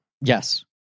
Yes